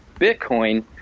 Bitcoin